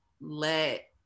let